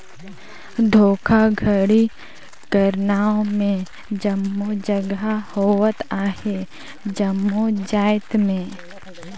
धोखाघड़ी कर नांव में जम्मो जगहा होत अहे जम्मो जाएत में